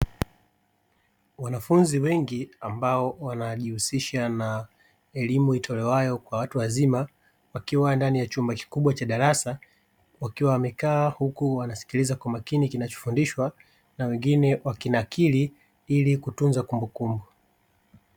Wanafunzi wengi ambao wanajihusisha na elimu itolewayo kwa watu wazima, wakiwa ndani ya chumba kikubwa cha darasa. Wakiwa wamekaa huku wanasikiliza kwa makini, kinachofundishwa na wengine wakinakili ili kutunza kumbukumbu.